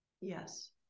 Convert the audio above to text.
Yes